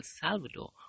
Salvador